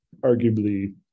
arguably